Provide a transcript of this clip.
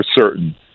certain